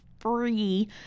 free